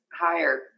higher